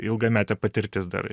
ilgametė patirtis dar